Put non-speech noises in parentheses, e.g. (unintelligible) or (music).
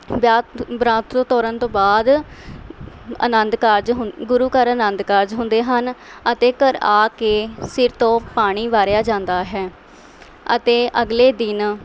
(unintelligible) ਬਰਾਤ ਤੋਰਨ ਤੋਂ ਬਾਅਦ ਆਨੰਦ ਕਾਰਜ ਹੁੰ ਗੁਰੂ ਘਰ ਆਨੰਦ ਕਾਰਜ ਹੁੰਦੇ ਹਨ ਅਤੇ ਘਰ ਆ ਕੇ ਸਿਰ ਤੋਂ ਪਾਣੀ ਵਾਰਿਆ ਜਾਂਦਾ ਹੈ ਅਤੇ ਅਗਲੇ ਦਿਨ